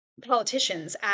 politicians